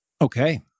Okay